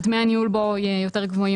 דמי הניהול בו יותר גבוהים,